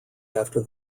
after